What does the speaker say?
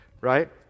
Right